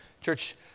Church